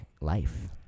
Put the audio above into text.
life